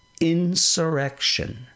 insurrection